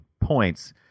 points